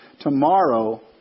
Tomorrow